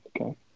Okay